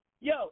Yo